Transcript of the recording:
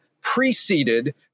preceded